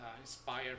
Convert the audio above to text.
inspired